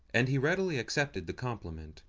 and he readily accepted the compliment,